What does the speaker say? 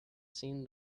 seen